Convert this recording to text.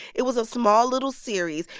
it was a small little series,